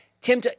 Tim